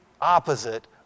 opposite